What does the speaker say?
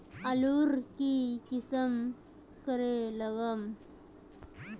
आलूर की किसम करे लागम?